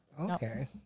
okay